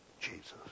Jesus